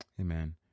amen